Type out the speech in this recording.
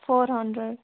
four hundred